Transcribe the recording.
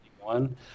one